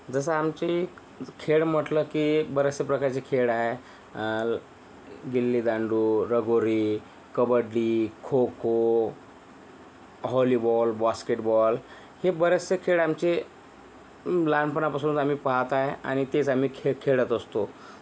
जसं आमचे खेळ म्हटलं की बरेचसे प्रकारचे खेळ आहे गिल्ली दांडू लगोरी कबड्डी खो खो हॉलिबॉल बास्केटबॉल हे बरेचसे खेळ आमचे लहानपणापासून आम्ही पाहत आहे आणि तेच आम्ही खेळ खेळत असतो